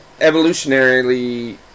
evolutionarily